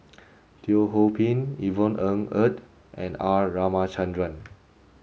Teo Ho Pin Yvonne Ng Uhde and R Ramachandran